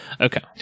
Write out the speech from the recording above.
Okay